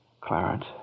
Clarence